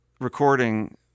recording